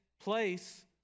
place